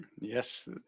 Yes